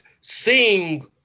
seeing